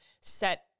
set